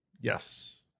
yes